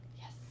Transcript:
Yes